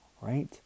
right